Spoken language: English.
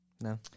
No